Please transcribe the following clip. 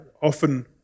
Often